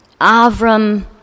Avram